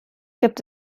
gibt